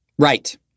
Right